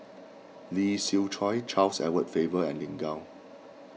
Lee Siew Choh Charles Edward Faber and Lin Gao